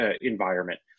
environment